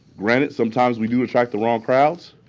granted, sometimes we do attract the wrong crowds,